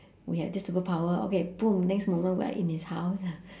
we have this superpower okay boom next moment we are in his house